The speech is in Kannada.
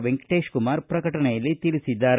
ವೆಂಕಟೇಶಕುಮಾರ ಪ್ರಕಟಣೆಯಲ್ಲಿ ತಿಳಿಸಿದ್ದಾರೆ